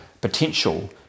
potential